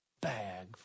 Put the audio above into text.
bag